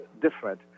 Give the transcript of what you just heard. different